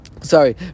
Sorry